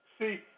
See